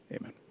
Amen